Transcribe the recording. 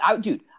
dude